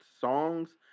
songs